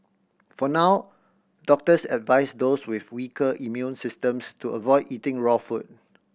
for now doctors advise those with weaker immune systems to avoid eating raw food